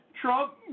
Trump